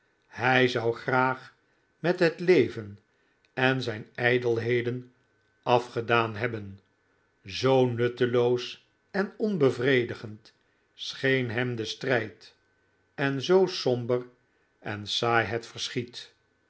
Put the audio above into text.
hij zou graag met het leven en zijn ijdelheden afgedaan hebben zoo nutteloos en onbevredigend scheen hem de strijd en zoo somber en saai het verschiet